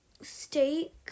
steak